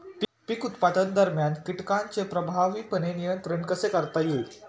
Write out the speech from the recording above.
पीक उत्पादनादरम्यान कीटकांचे प्रभावीपणे नियंत्रण कसे करता येईल?